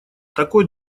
такой